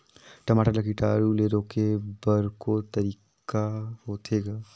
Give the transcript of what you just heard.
टमाटर ला कीटाणु ले रोके बर को तरीका होथे ग?